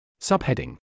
Subheading